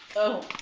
oh,